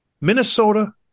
Minnesota